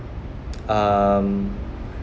um